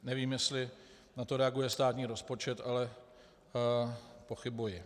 Nevím, jestli na to reaguje státní rozpočet, ale pochybuji.